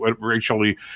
racially